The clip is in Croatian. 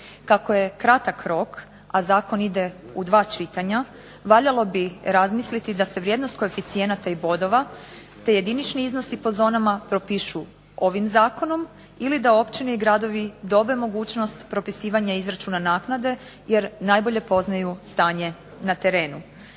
Kako je kratak rok, a zakon ide u dva čitanja, valjalo bi razmisliti da se vrijednost koeficijenata i bodova te jedinični iznosi po zonama propišu ovim zakonom, ili da općine i gradovi dobe mogućnost propisivanja izračuna naknade, jer najbolje poznaju stanje na terenu.